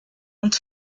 und